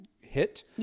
hit